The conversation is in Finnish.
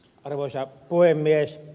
arvoisa puhemies